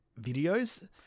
videos